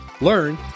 learn